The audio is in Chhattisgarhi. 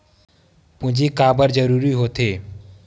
पूंजी का बार जरूरी हो थे?